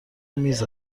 میز